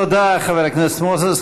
תודה, חבר הכנסת מוזס.